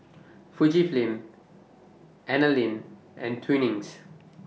Fujifilm Anlene and Twinings